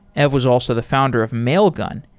ev was also the founder of mailgun,